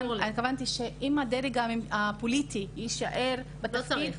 אני התכוונתי שאם הדרג הפוליטי יישאר בתפקיד --- לא צריך.